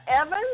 Evans